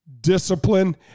discipline